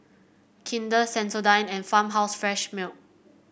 Kinder Sensodyne and Farmhouse Fresh Milk